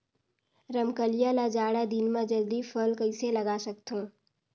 रमकलिया ल जाड़ा दिन म जल्दी फल कइसे लगा सकथव?